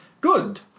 Good